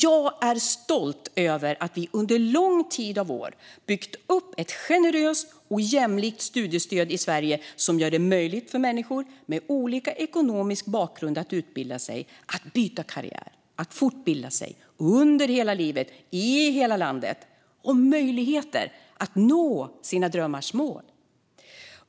Jag är stolt över att vi under en lång rad av år har byggt upp ett generöst och jämlikt studiestöd i Sverige som gör det möjligt för människor med olika ekonomisk bakgrund att utbilda sig, byta karriär och fortbilda sig under hela livet och i hela landet och ger dem möjligheter att nå sina drömmars mål.